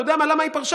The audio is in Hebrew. אתה יודע למה היא פרשה?